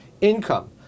Income